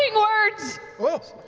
words!